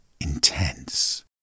intense